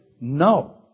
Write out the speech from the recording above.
No